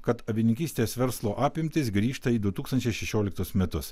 kad avininkystės verslo apimtys grįžta į du tūkstančiai šešioliktus metus